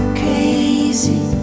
crazy